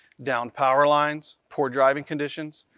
downed power lines, poor driving conditions,